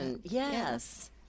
Yes